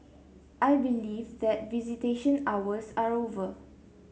I believe that visitation hours are over